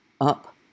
up